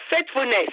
faithfulness